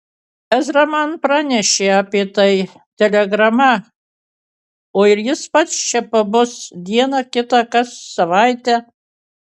ezra man pranešė apie tai telegrama o ir jis pats čia pabus dieną kitą kas savaitę